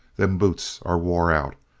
them boots are wore out.